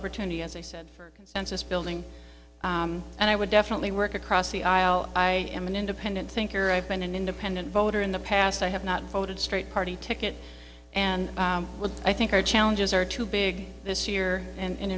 opportunity as i said for census building and i would definitely work across the aisle i am an independent thinker i've been an independent voter in the past i have not voted straight party ticket and i think our challenges are too big this year and